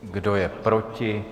Kdo je proti?